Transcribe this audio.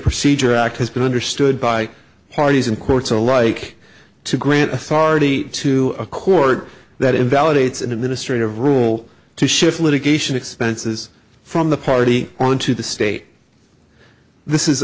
procedure act has been understood by parties in courts alike to grant authority to a court that invalidates an administrative rule to shift litigation expenses from the party on to the state this is